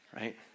right